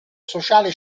sociale